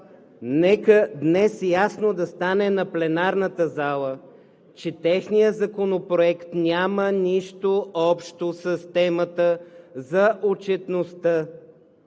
Нека днес да стане ясно на пленарната зала, че техният законопроект няма нищо общо с темата за отчетността